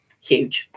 huge